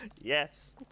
Yes